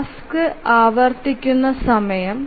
task ആവർത്തിക്കുന്ന സമയം